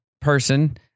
Person